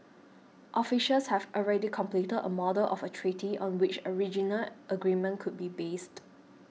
officials have already completed a model of a treaty on which a regional agreement could be based